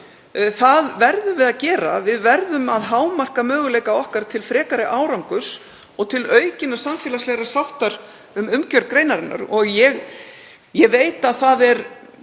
Það verðum við að gera. Við verðum að hámarka möguleika okkar til frekari árangurs og til aukinnar samfélagslegrar sáttar um umgjörð greinarinnar. Ég veit að það eru,